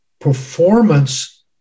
performance